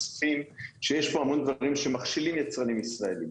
שיש פה המון דברים שמכשילים יצרנים קטנים,